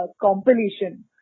compilation